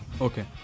Okay